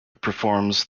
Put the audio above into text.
performs